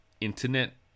internet